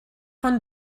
von